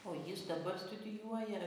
o jis dabar studijuoja